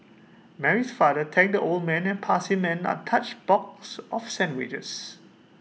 Mary's father thanked the old man and passed him an untouched box of sandwiches